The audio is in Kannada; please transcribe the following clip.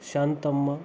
ಶಾಂತಮ್ಮ